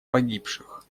погибших